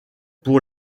pour